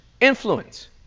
influence